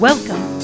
Welcome